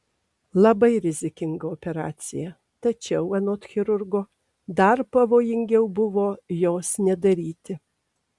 labai rizikinga operacija tačiau anot chirurgo dar pavojingiau buvo jos nedaryti